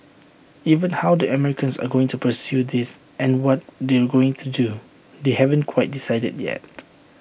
even how the Americans are going to pursue this and what they're going to do they haven't quite decided yet